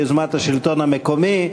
ביוזמת השלטון המקומי,